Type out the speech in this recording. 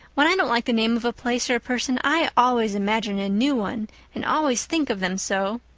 when i don't like the name of a place or a person i always imagine a new one and always think of them so.